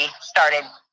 started